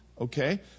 Okay